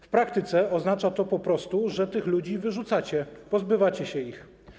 W praktyce oznacza to po prostu, że tych ludzi wyrzucacie, pozbywacie się ich.